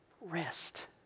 rest